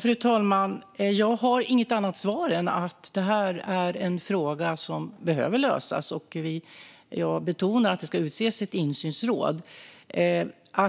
Fru talman! Jag har inget annat svar än att frågan behöver lösas. Jag betonar att det ska utses ett insynsråd.